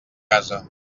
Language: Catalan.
casa